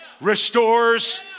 restores